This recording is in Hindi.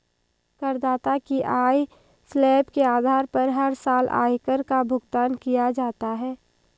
करदाता की आय स्लैब के आधार पर हर साल आयकर का भुगतान किया जाता है